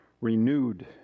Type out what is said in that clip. renewed